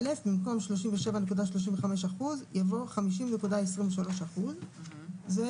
(א)במקום "37.35%" יבוא "50.23%"; זה